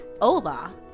Ola